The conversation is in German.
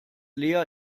lea